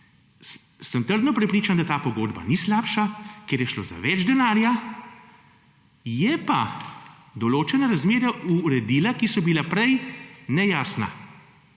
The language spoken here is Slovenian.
sem trdno prepričan, da ta pogodba ni slabša, ker je šlo za več denarja. Je pa določena razmerja uredila, ki so bila prej nejasna.